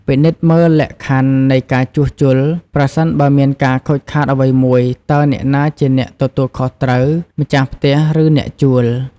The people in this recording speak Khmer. ពិនិត្យមើលលក្ខខណ្ឌនៃការជួសជុល ប្រសិនបើមានការខូចខាតអ្វីមួយ តើអ្នកណាជាអ្នកទទួលខុសត្រូវ ម្ចាស់ផ្ទះ ឬអ្នកជួល។